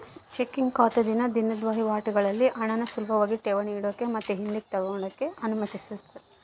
checking ಖಾತೆ ದಿನ ದಿನುದ್ ವಹಿವಾಟುಗುಳ್ಗೆ ಹಣಾನ ಸುಲುಭಾಗಿ ಠೇವಣಿ ಇಡಾಕ ಮತ್ತೆ ಹಿಂದುಕ್ ತಗಂಬಕ ಅನುಮತಿಸ್ತತೆ